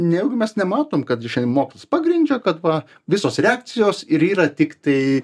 nejaugi mes nematom kad šiandien mokslas pagrindžia kad va visos reakcijos ir yra tiktai